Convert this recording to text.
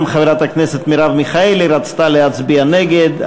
גם חברת הכנסת מרב מיכאלי רצתה להצביע נגד,